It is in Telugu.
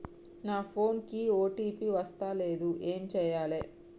నా ఫోన్ కి ఓ.టీ.పి వస్తలేదు ఏం చేయాలే?